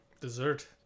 Dessert